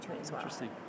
interesting